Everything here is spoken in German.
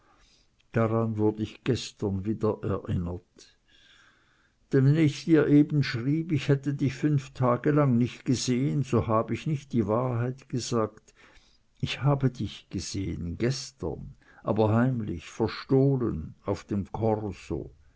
daran wurd ich gestern wieder erinnert denn wenn ich dir eben schrieb ich hätte dich fünf tage lang nicht gesehen so hab ich nicht die wahrheit gesagt ich habe dich gesehn gestern aber heimlich verstohlen auf dem korso